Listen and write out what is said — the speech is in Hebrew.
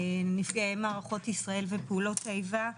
נפגעי מערכות ישראל ופעולות האיבה,